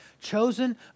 chosen